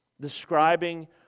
Describing